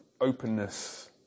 openness